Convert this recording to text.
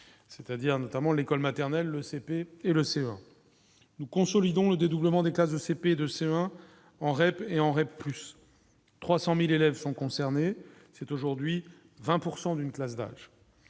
c'est-à-dire notamment l'école maternelle, le CP et le CE1, nous consolidons le dédoublement des classes de CP et de CE1 en REP et en REP, plus 300000 élèves sont concernés, c'est aujourd'hui 20 pourcent d'une classe d'âge,